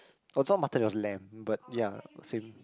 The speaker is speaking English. oh it was not mutton it was lamb but ya same